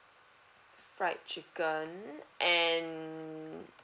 fried chicken and